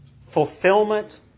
fulfillment